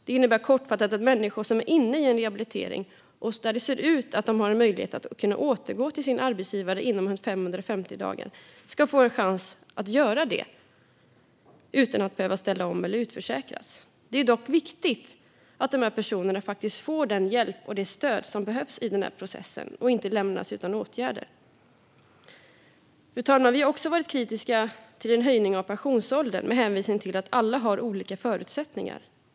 Det innebär kortfattat att människor som är inne i en rehabilitering och som ser ut att ha en möjlighet att återgå till arbetsgivaren inom 550 dagar ska få en chans att göra det utan att behöva ställa om eller utförsäkras. Det är dock viktigt att dessa personer faktiskt får den hjälp och det stöd som behövs i den processen och inte lämnas utan åtgärder. Fru talman! Vi har också varit kritiska till en höjning av pensionsåldern, med hänvisning till att alla har olika förutsättningar.